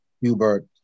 Hubert